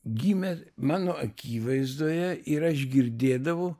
gimė mano akivaizdoje ir aš girdėdavau